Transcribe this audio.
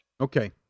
Okay